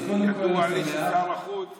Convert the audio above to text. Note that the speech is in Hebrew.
לא ידוע לי ששר החוץ וראש הממשלה,